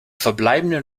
verbleibenden